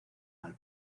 mal